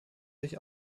sich